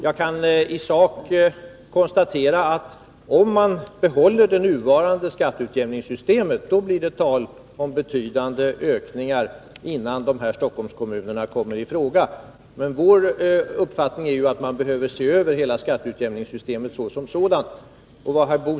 Jag kan i sak konstatera att det, om man behåller det nuvarande skatteutjämningssystemet, blir tal om betydande ökningar innan dessa Stockholmskommuner kommer i fråga för skatteutjämningsbidrag. Vår uppfattning är att hela skatteutjämningssystemet som sådant bör ses över.